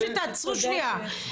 ראשי ישיבות חזרו לשם עם תלמידיהם,